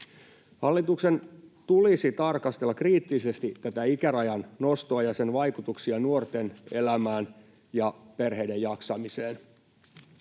Hallituksen tulisi tarkastella kriittisesti tätä ikärajan nostoa ja sen vaikutuksia nuorten elämään ja perheiden jaksamiseen.